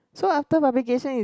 so after publication is